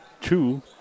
two